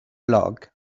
log